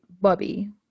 Bobby